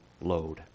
load